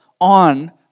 on